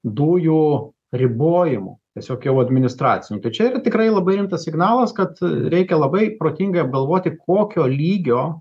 dujų ribojimų tiesiog jau administracinių tai čia tikrai labai rimtas signalas kad reikia labai protingai apgalvoti kokio lygio